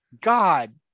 god